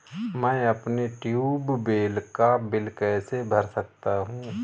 मैं अपने ट्यूबवेल का बिल कैसे भर सकता हूँ?